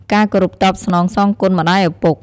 ការគោរពតបស្នងសងគុណម្តាយឪពុក។